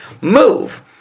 move